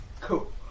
Cool